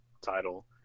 title